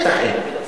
בטח אין.